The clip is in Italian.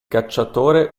cacciatore